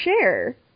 share